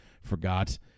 forgot